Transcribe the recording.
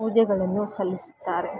ಪೂಜೆಗಳನ್ನು ಸಲ್ಲಿಸುತ್ತಾರೆ